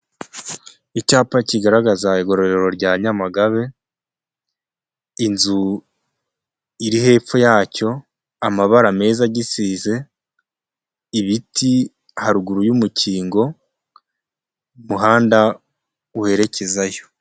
Icyapa kigaragaza igororero rya Nyamagabe, inzu iri hepfo yacyo, amabara meza agisize, ibiti haruguru y'umukingo, umuhanda werekezayo.